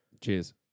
Cheers